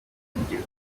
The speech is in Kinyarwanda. kugira